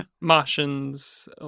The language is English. Martians